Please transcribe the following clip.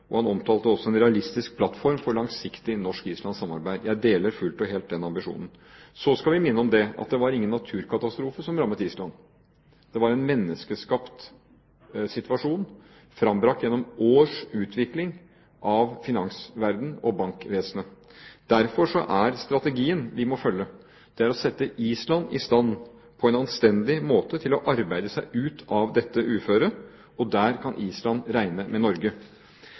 Han omtalte også en realistisk plattform for et langsiktig norsk-islandsk samarbeid. Jeg deler fullt og helt den ambisjonen. Så skal vi minne om at det ikke var noen naturkatastrofe som rammet Island. Det var en menneskeskapt situasjon, frembrakt av finansverdenen og bankvesenet gjennom års utvikling. Strategien vi må følge, er derfor at vi på en anstendig måte setter Island i stand til å arbeide seg ut av dette uføret. Der kan Island regne med Norge.